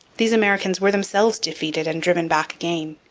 these americans were themselves defeated and driven back again.